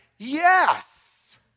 Yes